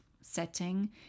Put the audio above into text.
setting